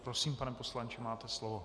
Prosím, pane poslanče, máte slovo.